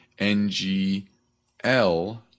NGL